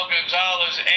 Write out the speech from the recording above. Gonzalez